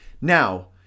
Now